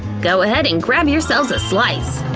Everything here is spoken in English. go ahead and grab yourselves a slice!